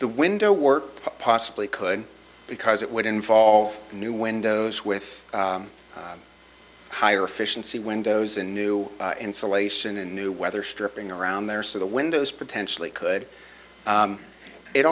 the window work possibly could because it would involve new windows with higher efficiency windows and new insulation and new weather stripping around there so the windows potentially could